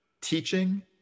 teaching